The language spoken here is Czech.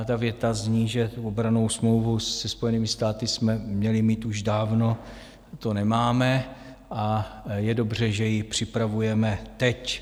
Ta věta zní, že obrannou smlouvu se Spojenými státy jsme měli mít už dávno, to nemáme, a je dobře, že ji připravujeme teď.